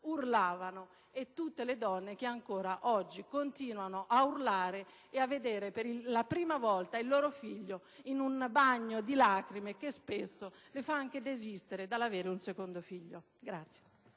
urlavano e molte ancora oggi continuano ad urlare e a vedere per la prima volta il loro figlio in un bagno di lacrime che spesso le fa desistere dall'avere un secondo figlio.